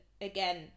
again